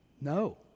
no